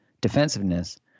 defensiveness